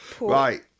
Right